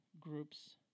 groups